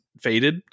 faded